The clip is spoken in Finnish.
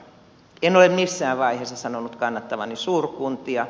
en ole missään vaiheessa sanonut kannattavani suurkuntia